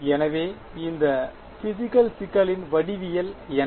எனவே இந்த பிஸிக்கல் சிக்கலின் வடிவியல் என்ன